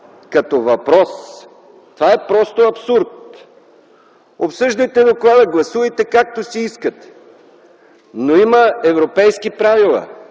като въпрос – това е просто абсурд! Обсъждайте доклада, гласувайте както си искате. Но има европейски правила,